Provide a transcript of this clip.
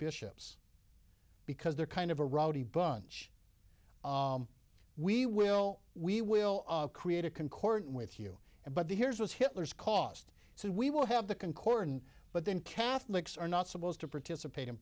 bishops because they're kind of a rowdy bunch we will we will create a can cordon with you but the here's was hitler's cost so we will have the can corn but then catholics are not supposed to participate in